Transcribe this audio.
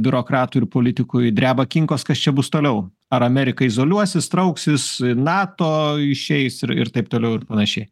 biurokratui ir politikui dreba kinkos kas čia bus toliau ar amerika izoliuosis trauksis nato išeis ir ir taip toliau ir panašiai